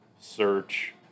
search